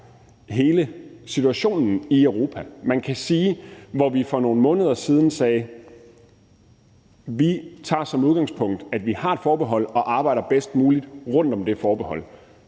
hele situationen i Europa. Man kan sige, at hvor vi for nogle måneder siden sagde, at vi tager som udgangspunkt, at vi har et forbehold, og arbejder bedst muligt rundt om det forbehold,